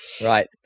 Right